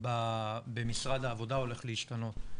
במשרד העבודה הולך להשתנות.